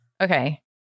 Okay